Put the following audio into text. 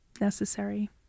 Necessary